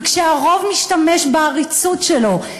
וכשהרוב משתמש בעריצות שלו,